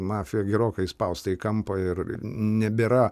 mafija gerokai įspausta į kampą ir nebėra